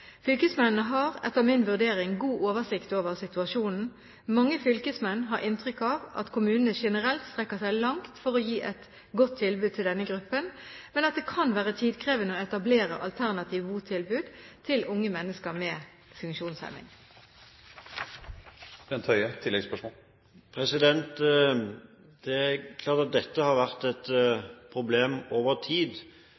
Fylkesmennene har – etter min vurdering – god oversikt over situasjonen. Mange fylkesmenn har inntrykk av at kommunene generelt strekker seg langt for å gi et godt tilbud til denne gruppen, men at det kan være tidkrevende å etablere alternative botilbud til unge mennesker med